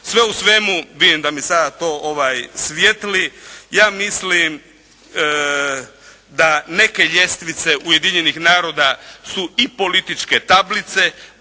Sve u svemu vidim da mi svijetli, ja mislim da neke ljestvice Ujedinjenih naroda su i političke tablice,